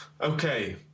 okay